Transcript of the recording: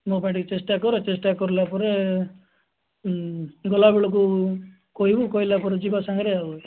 ମୋ ପାଇଁ ଟିକେ ଚେଷ୍ଟା କର ଚେଷ୍ଟା କଲା ପରେ ଗଲାବେଳକୁ କହିବୁ କହିଲା ପରେ ଯିବା ସାଙ୍ଗରେ ଆଉ